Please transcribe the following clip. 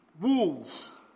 wolves